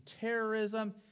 terrorism